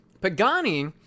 Pagani